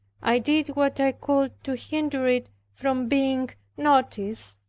i did what i could to hinder it from being noticed,